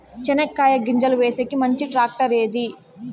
చెనక్కాయ గింజలు వేసేకి మంచి టాక్టర్ ఏది?